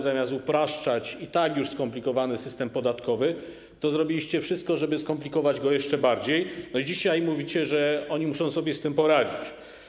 Zamiast upraszczać i tak już skomplikowany system podatkowy, zrobiliście wszystko, żeby skomplikować go jeszcze bardziej, i dzisiaj mówicie, że oni muszą sobie z tym poradzić.